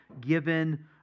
given